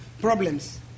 problems